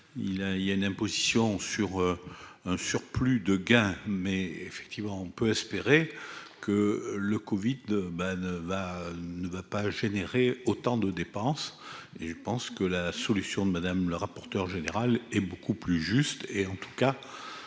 il y a une imposition sur un surplus de gains, mais effectivement, on peut espérer que le Covid ben va ne va pas générer autant de dépense et je pense que la solution de madame, le rapporteur général est beaucoup plus juste et en tout cas